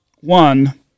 One